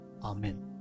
Amen